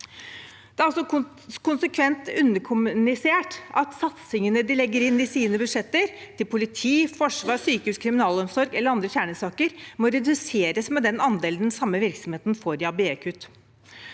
altså konsekvent underkommunisert at satsingene de legger inn i sine budsjetter til politi, forsvar, sykehus, kriminalomsorg eller andre kjernesaker, må reduseres med den andelen den samme virksomheten får i ABE-kutt.